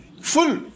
full